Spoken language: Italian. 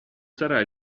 sarà